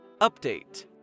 Update